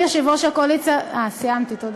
עכשיו, האם יושב-ראש הקואליציה, אה, סיימתי, תודה.